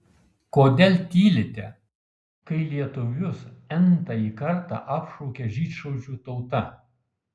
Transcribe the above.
kodėl tylite kai lietuvius n tąjį kartą apšaukia žydšaudžių tauta